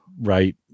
Right